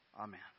Amen